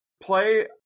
play